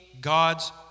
God's